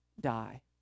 die